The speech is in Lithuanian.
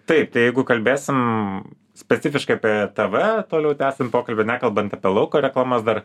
taip tai jeigu kalbėsim specifiškai apie tv toliau tęsim pokalbį nekalbant apie lauko reklamas dar